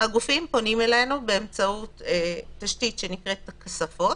אז הגופים פונים אלינו באמצעות תשתית שנקראת הכספות.